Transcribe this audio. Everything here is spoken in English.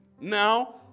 Now